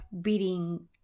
beating